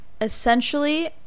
essentially